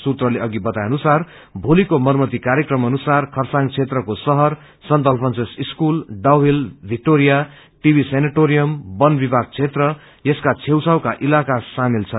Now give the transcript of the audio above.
सूत्रले अघि बताए अनुसार भोलीको मरमती कार्यक्रम अनुसार खरसाङ क्षेत्रको शहर saint Alphonsus school Dowhill Victoria TB sanatorium वन विभाग क्षेत्र यसका छेउछाउका इलाका शामेल छन्